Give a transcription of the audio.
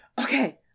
okay